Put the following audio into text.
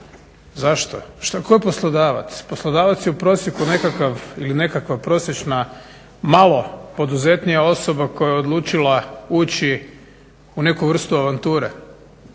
Zašto? Tko je poslodavac? Poslodavac je prosjeku nekakav ili nekakva prosječna malo poduzetnija osoba koja je odlučila ući u neku vrstu avanture,